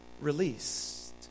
released